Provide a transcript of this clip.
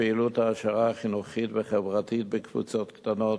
פעילות העשרה חינוכית וחברתית בקבוצות קטנות.